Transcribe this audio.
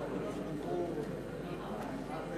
אנחנו ממשיכים בסדר-היום.